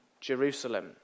Jerusalem